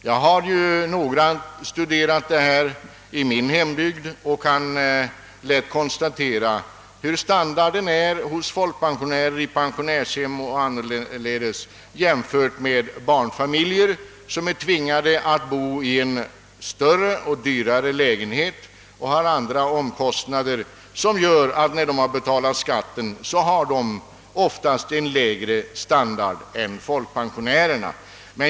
Jag har noggrant studerat förhållandena i min hembygd och lätt kunnat konstatera vilken standard folkpensionärer i pensionärshem har i jämförelse med barnfamiljer, som är tvingade att bo i en större och dyrare lägenhet och har andra omkostnader. När dessa har betalat skatten har de oftast en lägre standard än folkpensionärerna.